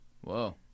Whoa